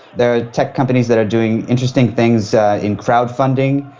there are tech companies that are doing interesting things in crowd funding,